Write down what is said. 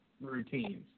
routines